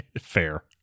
fair